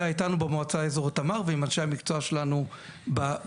איתנו במועצה האזורית תמר ועם אנשי המקצוע שלנו בשטח,